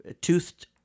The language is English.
toothed